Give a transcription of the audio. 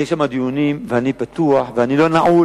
יהיו שם דיונים, ואני בטוח, ואני לא נעול,